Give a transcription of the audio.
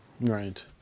right